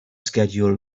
schedule